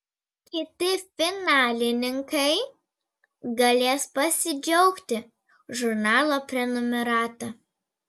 kiti finalininkai galės pasidžiaugti žurnalo prenumerata